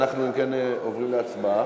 אם כן, אנחנו עוברים להצבעה.